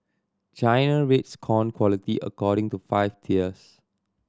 China rates corn quality according to five tiers